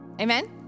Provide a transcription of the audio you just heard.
Amen